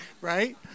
right